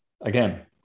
again